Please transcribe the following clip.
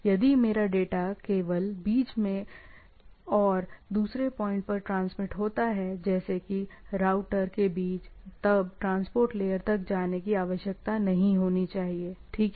यदि मेरा डेटा केवल बीच में और दूसरे पॉइंट पर ट्रांसमिट होता है जैसे कि राउटर के बीच तब ट्रांसपोर्ट लेयर तक जाने की आवश्यकता नहीं होनी चाहिए ठीक है